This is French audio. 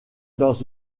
dans